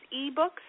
e-books